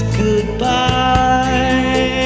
goodbye